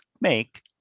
make